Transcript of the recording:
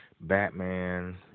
Batman